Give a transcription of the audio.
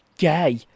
gay